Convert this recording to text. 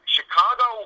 Chicago